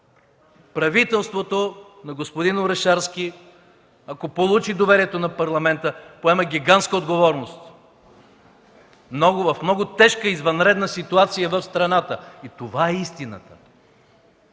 Правителството на господин Орешарски, ако получи доверието на Парламента, поема гигантска отговорност в много тежка извънредна ситуация в страната и това е истината.